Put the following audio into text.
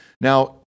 Now